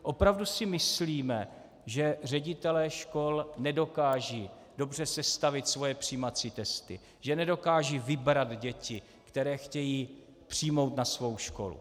Opravdu si myslíme, že ředitelé škol nedokážou dobře sestavit svoje přijímací testy, že nedokážou vybrat děti, které chtějí přijmout na svou školu?